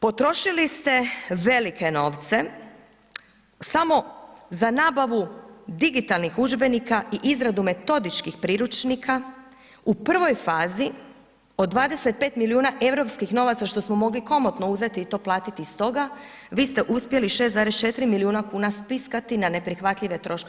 Potrošili ste velike novce samo za nabavu digitalnih udžbenike i izradu metodičnih priručnika u prvoj fazi od 25 milijuna europskih novaca, što smo mogli komotno uzeti i to platiti iz toga, vi ste uspjeli 6,4 milijuna kuna spiskati na neprihvatljive troškove.